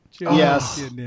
Yes